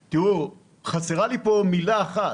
תראו, חסרה לי פה מילה אחת.